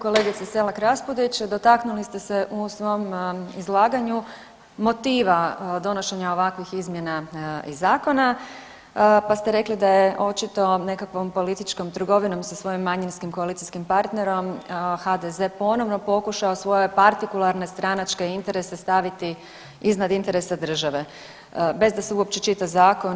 Kolegice Selak Raspudić dotaknuli ste se u svom izlaganju motiva donošenja ovakvih izmjena zakona pa ste rekli da je očito nekakvom političkom trgovinom sa svojim manjinskim koalicijskim partnerom HDZ ponovno pokušao svoje partikularne stranačke interese staviti iznad interesa države bez da se uopće čita zakon.